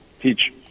teach